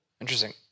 Interesting